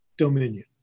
dominion